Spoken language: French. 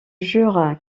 jure